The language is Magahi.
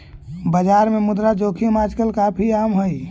बाजार में मुद्रा जोखिम आजकल काफी आम हई